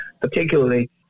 particularly